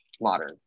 modern